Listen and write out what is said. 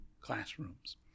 classrooms